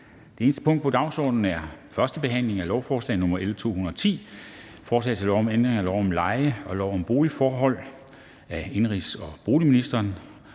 Det eneste punkt på dagsordenen er: 1) 1. behandling af lovforslag nr. L 210: Forslag til lov om ændring af lov om leje og lov om boligforhold. (Loft over huslejestigninger